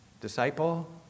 disciple